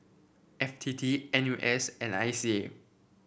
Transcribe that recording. F T T N U S and I C A